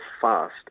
fast